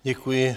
Děkuji.